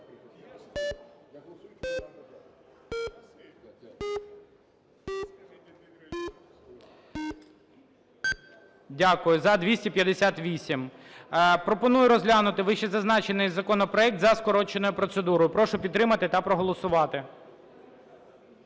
Дякую. За – 258. Пропоную розглянути вищезазначений законопроект за скороченою процедурою. Прошу підтримати та проголосувати.